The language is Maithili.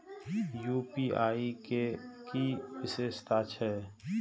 यू.पी.आई के कि विषेशता छै?